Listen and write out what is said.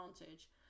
Advantage